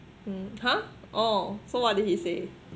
mm !huh! oh so what did he say